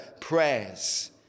prayers